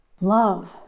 love